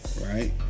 right